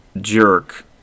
jerk